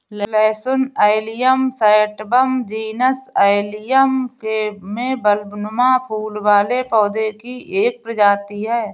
लहसुन Allium sativum genus Allium में बल्बनुमा फूल वाले पौधे की एक प्रजाति है